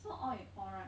so all in all right